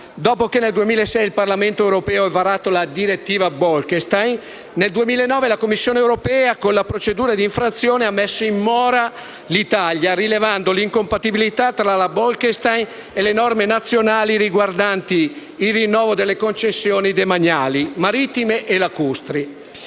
Dopo che nel 2006 il Parlamento europeo ha varato la direttiva Bolkestein, nel 2009 la Commissione europea, con la procedura d'infrazione, ha messo in mora l'Italia, rilevando l'incompatibilità tra la Bolkestein e le norme nazionali riguardanti il rinnovo delle concessioni demaniali marittime e lacustri.